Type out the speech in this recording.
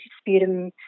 sputum